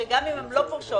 שגם אם הן לא פורשות,